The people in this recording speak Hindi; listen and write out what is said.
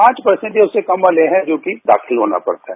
पांच पर्सेंट या उससे कम वाले हैं जोकि दाखिल होना पड़ता है